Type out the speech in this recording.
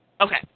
Okay